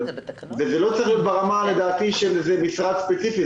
לדעתי זה לא צריך להיות ברמה של משרד ספציפי,